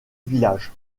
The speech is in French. villages